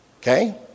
Okay